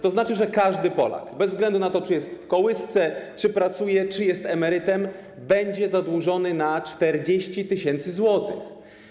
To znaczy, że każdy Polak, bez względu na to, czy jest w kołysce, czy pracuje, czy jest emerytem, będzie zadłużony na 40 tys. zł.